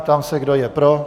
Ptám se, kdo je pro?